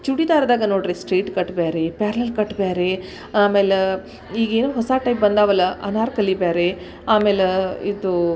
ಚೂಡಿದಾರ್ದಾಗ ನೋಡಿರಿ straight cut ಬ್ಯಾರೆ parallel cut ಬ್ಯಾರೆ ಆಮೇಲೆ ಈಗೇನೋ ಹೊಸ ಟೈಪ್ ಬಂದವಲ್ಲ ಅನಾರ್ಕಲಿ ಬೇರೆ ಆಮೇಲೆ ಇದು